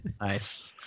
nice